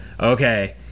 okay